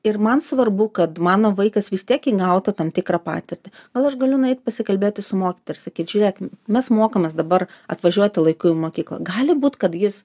ir man svarbu kad mano vaikas vis tiek įgautų tam tikrą patirtį gal aš galiu nueit pasikalbėti su mokytoju ir sakyt žiūrėk mes mokomės dabar atvažiuoti laiku į mokyklą gali būt kad jis